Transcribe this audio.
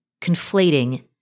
conflating